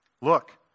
Look